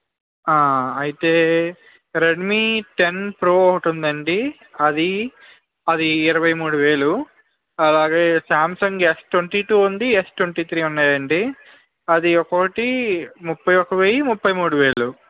అయితే Redmi ten Pro ఒకటి ఉందండి అది ఇరవై మూడు వేలు అలాగే సామ్సంగ్ ఎస్ ట్వంటీ టూ ఉంది ఎస్ ట్వంటీ త్రీ ఉన్నాయండి అది ఒక్కొక్కటి ముప్ఫై ఒక్క వెయ్యి ముప్పై మూడు వేలు